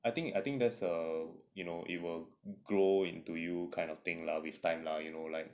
I think I think that's a you know it will grow into you kind of thing lah with time lah you know like